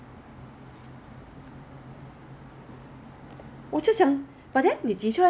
mm mm mm 好吗 I